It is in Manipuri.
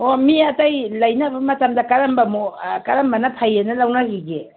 ꯑꯣ ꯃꯤ ꯑꯇꯩ ꯂꯩꯅꯕ ꯃꯇꯝꯗ ꯀꯔꯝꯕ ꯃꯑꯣꯡ ꯀꯔꯝꯕꯅ ꯐꯩꯑꯅ ꯂꯧꯅꯒꯤꯒꯦ